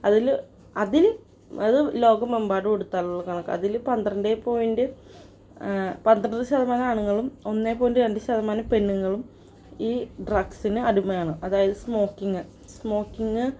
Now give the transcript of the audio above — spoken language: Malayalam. അതിൽ അതിൽ അതും ലോകമെമ്പാടും എടുത്താലുള്ള കണക്ക് അതിൽ പന്ത്രണ്ട് പോയിൻറ്റ് പന്ത്രണ്ട് ശതമാനം ആണുങ്ങളും ഒന്നേ പോയിൻറ്റ് രണ്ടു ശതമാനം പെണ്ണുങ്ങളും ഈ ഡ്രഗ്സിന് അടിമയാണ് അതായത് സ്മോക്കിങ് സ്മോക്കിങ്